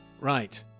Right